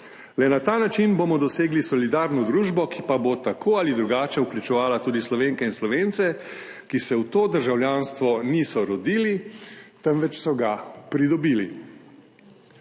Le na ta način bomo dosegli solidarno družbo, ki pa bo tako ali drugače vključevala tudi Slovenke in Slovence, ki se v to državljanstvo niso rodili, temveč so ga pridobili.